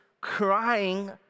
crying